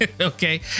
okay